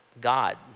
God